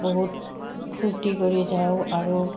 বহুত ফূৰ্তি কৰি যাওঁ আৰু